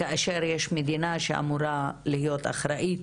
כאשר יש מדינה שאמורה להיות אחראית